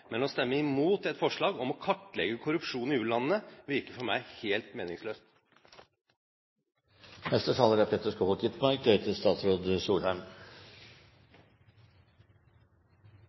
Men å stemme imot et forslag om å kartlegge korrupsjon i u-landene, virker for meg helt meningsløst. Stortinget er